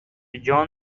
جان